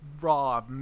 raw